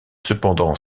cependant